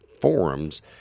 forums